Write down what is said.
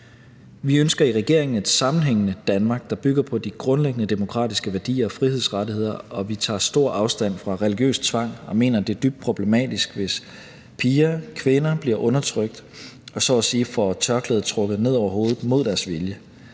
Vi ønsker i regeringen et sammenhængende Danmark, der bygger på de grundlæggende demokratiske værdier og frihedsrettigheder, og vi tager stor afstand fra religiøs tvang og mener, det er dybt problematisk, hvis piger og kvinder bliver undertrykt og så at sige får tørklædet trukket ned over hovedet mod deres vilje.